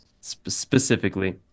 specifically